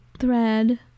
Thread